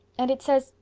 and it says,